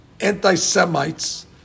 anti-Semites